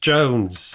Jones